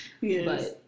Yes